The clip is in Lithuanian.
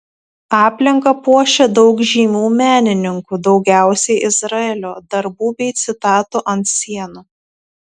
aplinką puošia daug žymių menininkų daugiausiai izraelio darbų bei citatų ant sienų